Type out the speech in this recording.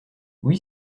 oui